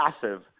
passive